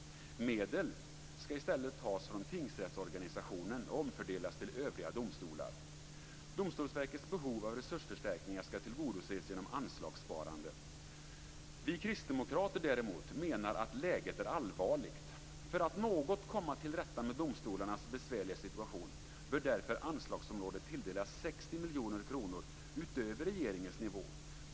Medel skall i stället tas från tingsrättsorganisationen och omfördelas till övriga domstolar. Domstolsverkets behov av resursförstärkningar skall tillgodoses genom anslagssparande. Vi kristdemokrater menar att läget är allvarligt. För att något komma till rätta med domstolarnas besvärliga situation bör därför anslagsområdet tilldelas 60 miljoner kronor utöver regeringens nivå.